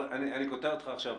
אני קוטע אותך עכשיו.